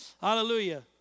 Hallelujah